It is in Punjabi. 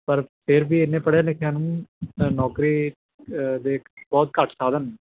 ਪਰ ਫਿਰ ਵੀ ਐਨੇ ਪੜ੍ਹਿਆਂ ਲਿਖਿਆਂ ਨੂੰ ਨੌਕਰੀ ਦੇ ਬਹੁਤ ਘੱਟ ਸਾਧਨ ਨੇ